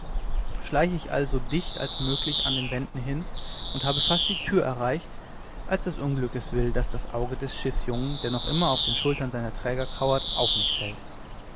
schleiche ich also so dicht als möglich an den wänden hin und habe fast die tür erreicht als das unglück es will daß das auge des schiffsjungen der noch immer auf den schultern seiner träger kauert auf mich fällt